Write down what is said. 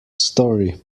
story